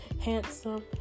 handsome